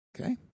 Okay